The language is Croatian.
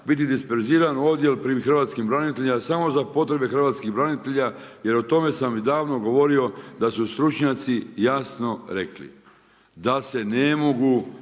biti disperzirani odjel pri hrvatskim braniteljima samo za potrebe hrvatskih branitelja jer o tome sam davno govorio da su stručnjaci jasno rekli da se ne mogu